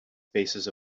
faces